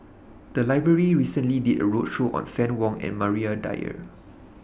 The Library recently did A roadshow on Fann Wong and Maria Dyer